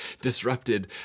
disrupted